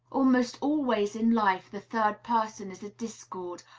almost always in life the third person is a discord,